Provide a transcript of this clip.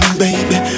baby